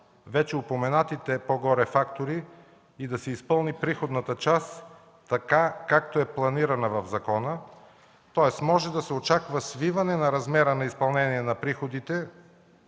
вече упоменатите по-горе фактори и да се изпълни приходната част така, както е планирана в закона. Тоест може да се очаква свиване на размера на изпълнение на приходите,